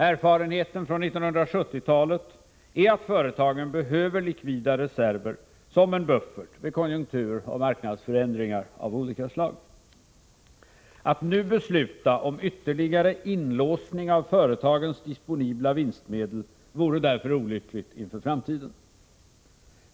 Erfarenheten från 1970-talet är att företagen behöver likvida reserver som en buffert vid konjunkturoch marknadsförändringar av olika slag. Att nu besluta om ytterligare inlåsning av företagens disponibla vinstmedel vore därför olyckligt inför framtiden.